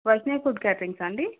Vaishnavi food క్యాటరింగసా అండి